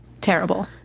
Terrible